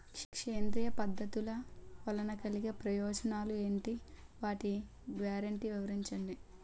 సేంద్రీయ పద్ధతుల వలన కలిగే ప్రయోజనాలు ఎంటి? వాటి గ్యారంటీ వివరించండి?